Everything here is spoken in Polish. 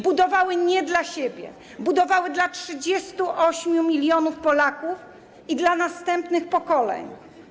Budowały nie dla siebie, budowały dla 38 mln Polaków i dla następnych pokoleń.